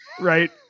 right